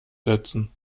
setzen